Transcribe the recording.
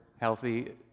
healthy